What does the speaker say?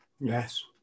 Yes